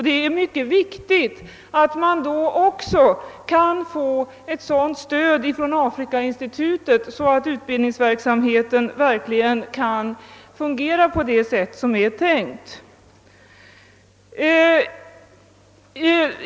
Det är mycket viktigt att man då också kan få ett sådant stöd från Afrikainstitutet att utbildningsverksamheten verkligen kan fungera på det sätt som är tänkt.